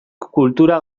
kultura